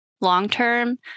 long-term